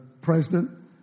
president